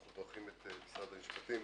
אנחנו מברכים את משרד המשפטים,